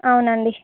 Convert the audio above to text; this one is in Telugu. అవునండి